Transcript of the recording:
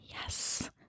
Yes